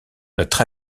notre